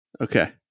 Okay